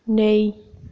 नेईं